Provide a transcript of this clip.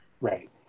right